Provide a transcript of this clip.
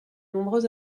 nombreux